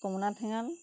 কমলা ঠেঙাল